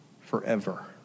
forever